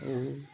ଆଉ